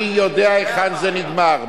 אני יודע היכן זה נגמר.